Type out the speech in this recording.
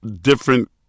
different